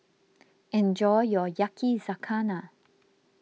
enjoy your Yakizakana